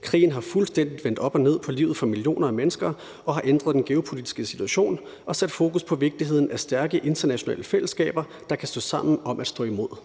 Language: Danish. Krigen har fuldstændig vendt op og ned på livet for millioner af mennesker og har ændret den geopolitiske situation og sat fokus på vigtigheden af stærke internationale fællesskaber, der kan stå sammen om at stå imod.